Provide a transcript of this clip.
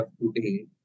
today